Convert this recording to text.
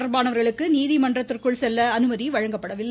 தொடர்பானவர்களுக்கு நீதிமன்றத்திற்கு செல்ல வழக்கு அனுமதி வழங்கப்படவில்லை